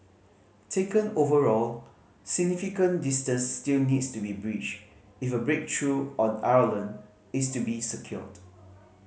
taken overall significant distance still needs to be bridged if a breakthrough on Ireland is to be secured